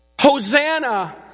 Hosanna